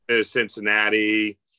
Cincinnati